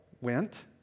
went